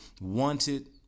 wanted